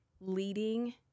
leading